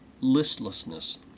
listlessness